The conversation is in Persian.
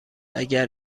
اگر